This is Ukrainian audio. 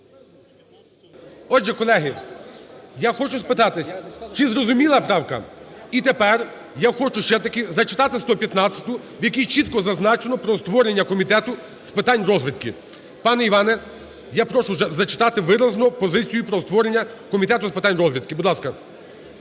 Отже, колеги, я хочу спитати, чи зрозуміла правка? І тепер я хочу ще таки зачитати 115-у, в якій чітко зазначено про створення комітету з питань розвідки. Пане Іване, я прошу зачитати виразно позицію про створення комітету з питань розвідки, будь ласка.